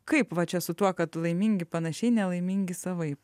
kaip va čia su tuo kad laimingi panašiai nelaimingi savaip